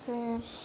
ते